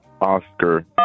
Oscar